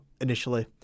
initially